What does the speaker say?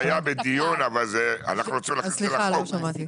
בדיון אבל אנחנו רוצים להכניס את זה לחו ק.